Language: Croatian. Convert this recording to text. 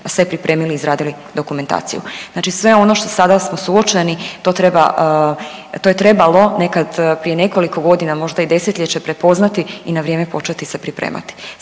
sve pripremili i izradili dokumentaciju. Znači sve ono što sada smo suočeni to treba, to je trebalo nekad prije nekoliko godina možda i desetljeće prepoznati i na vrijeme početi se pripremati.